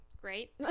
great